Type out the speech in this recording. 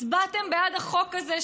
הצבעתם בעד החוק הזה,